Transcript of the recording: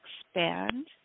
expand